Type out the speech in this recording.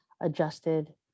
adjusted